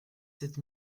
sept